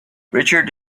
richard